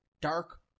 dark